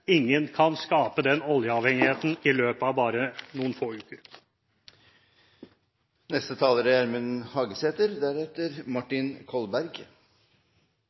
Ingen kan skape den oljeavhengigheten i løpet av bare noen få uker.